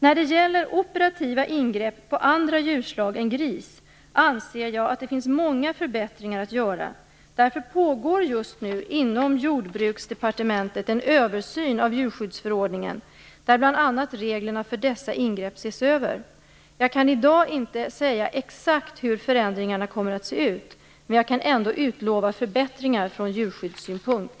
När det gäller operativa ingrepp på andra djurslag än gris anser jag att det finns många förbättringar att göra. Därför pågår just nu inom Jordbruksdepartementet en översyn av djurskyddsförordningen där bl.a. reglerna för dessa ingrepp ses över. Jag kan i dag inte säga exakt hur förändringarna kommer att se ut, men jag kan ändå utlova förbättringar från djurskyddssynpunkt.